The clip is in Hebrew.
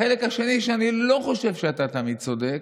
החלק השני, שאני לא חושב שאתה תמיד צודק,